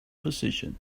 position